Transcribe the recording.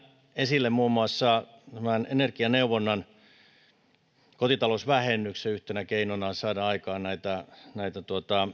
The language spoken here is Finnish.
esille muun muassa energianeuvonnan ja kotitalousvähennyksen keinoina saada aikaan